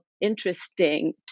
interesting